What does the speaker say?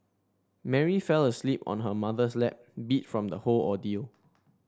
Mary fell asleep on her mother's lap beat from the whole ordeal